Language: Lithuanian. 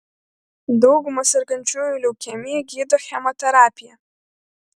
daugumą sergančiųjų leukemija gydo chemoterapija